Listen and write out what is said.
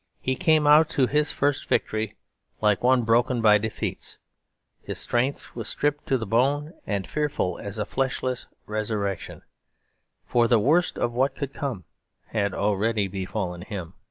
he came out to his first victory like one broken by defeats his strength was stripped to the bone and fearful as a fleshless resurrection for the worst of what could come had already befallen him.